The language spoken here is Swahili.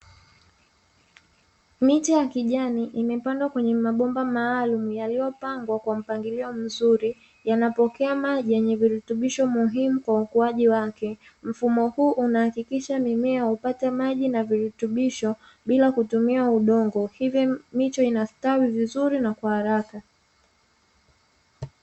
Miche ya kijani imepandwa kwenye mabomba maalumu, yaliyopangwa kwa mpangilio mzuri, yanapokea maji yenye virutubisho muhimu kwa ukuaji wake. Mfumo huu unahakikisha mimea hupata maji na virutubisho bila kutumia udongo, hivyo miche inastawi vizuri na kwa haraka.